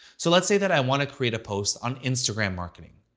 so let's say that i want to create a post on instagram marketing.